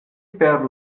per